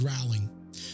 growling